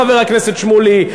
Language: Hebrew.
חבר הכנסת שמולי,